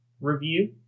review